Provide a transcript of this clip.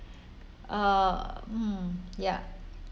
uh mm ya